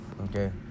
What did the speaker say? Okay